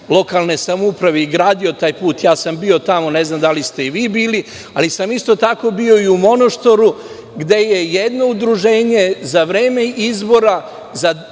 lokalne samouprave i gradio taj put. Bio sam tamo, ne znam da li ste i vi bili, ali sam isto tako bio i u Monoštoru, gde je jedno udruženje za vreme izbora za